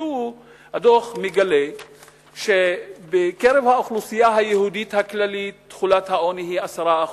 והדוח מגלה שבקרב האוכלוסייה היהודית הכללית תחולת העוני היא 10%,